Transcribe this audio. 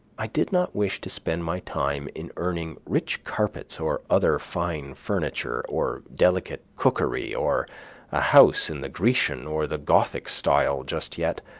i did not wish to spend my time in earning rich carpets or other fine furniture, or delicate cookery, or a house in the grecian or the gothic style just yet.